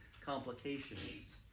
complications